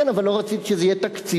כן, אבל לא רציתי שזה יהיה תקציבי.